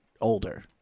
older